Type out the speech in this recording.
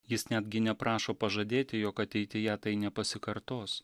jis netgi neprašo pažadėti jog ateityje tai nepasikartos